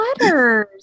letters